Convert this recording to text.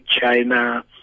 China